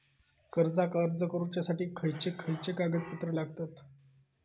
कर्जाक अर्ज करुच्यासाठी खयचे खयचे कागदपत्र लागतत